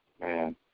man